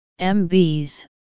MB's